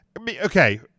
okay